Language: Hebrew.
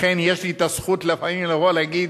לכן יש לי את הזכות לפעמים לבוא להגיד: